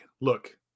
look